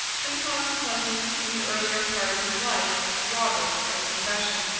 and consequently, in the earlier part of his life, a robber by profession.